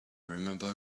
remember